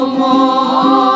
more